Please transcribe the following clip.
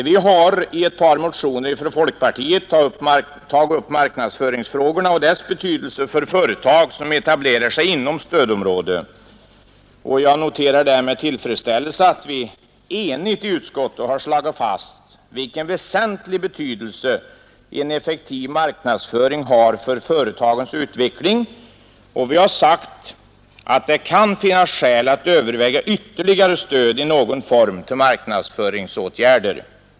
Vi har i några motioner från folkpartiet tagit upp marknadsföringsfrågorna och deras betydelse för företag som etablerar sig inom stödområdet. Jag noterar där med tillfredsställelse att ett enigt utskott slagit fast vilken väsentlig betydelse en effektiv marknadsföring har för företagens utveckling, och vi har sagt att det kan finnas skäl att överväga ytterligare stöd i någon form till marknadsföringsåtgärder.